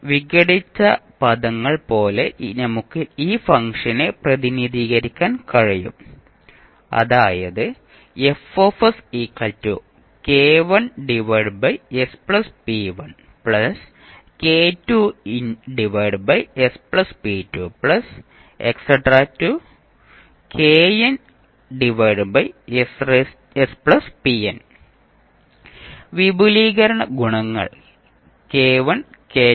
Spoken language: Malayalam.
വിഘടിച്ച പദങ്ങൾ പോലെ നമുക്ക് ഈ ഫംഗ്ഷനെ പ്രതിനിധീകരിക്കാൻ കഴിയും അതായത് വിപുലീകരണ ഗുണകങ്ങൾ k1 k2